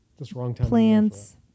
plants